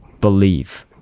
believe